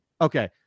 Okay